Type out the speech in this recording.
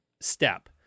step